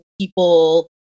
people